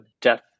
death